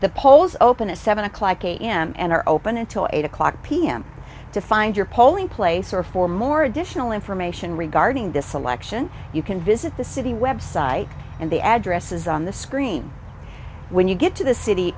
the polls open at seven o'clock am and are open until eight o'clock pm to find your polling place or for more additional information regarding this selection you can visit the city website and the addresses on the screen when you get to the city